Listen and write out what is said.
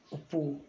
ꯎꯄꯨ